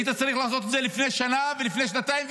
היית צריך לעשות את זה לפני שנה ולפני שנתיים,